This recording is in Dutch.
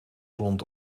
rond